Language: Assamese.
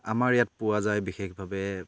আমাৰ ইয়াত পোৱা যায় বিশেষভাৱে